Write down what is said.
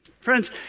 Friends